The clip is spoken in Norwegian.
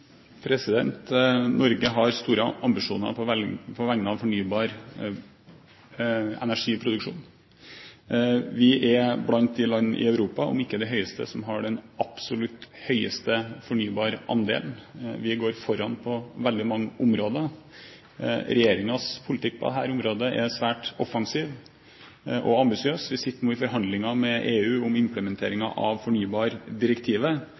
Norge har store ambisjoner på vegne av fornybar energiproduksjon. Vi er blant de land i Europa som har de høyeste fornybarandelene – om ikke den høyeste. Vi går foran på veldig mange områder. Regjeringens politikk på dette området er svært offensiv og ambisiøs. Vi sitter nå i forhandlinger med EU om implementeringen av fornybardirektivet.